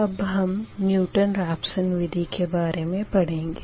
अब हम Newton Raphson विधि के बारे में पढ़ेंगे